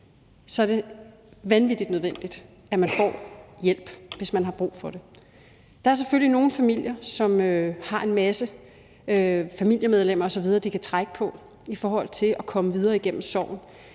er det vanvittig nødvendigt, at man får hjælp, hvis man har brug for det. Der er selvfølgelig nogle familier, som har en masse familiemedlemmer osv., de kan trække på i forhold til at komme videre gennem sorgen